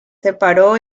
separó